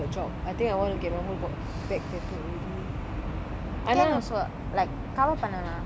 like like if I'm woriking in a corporate job I think I want to get